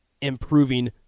improving